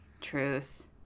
truth